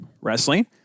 Wrestling